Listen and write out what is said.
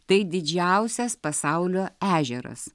tai didžiausias pasaulio ežeras